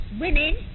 Women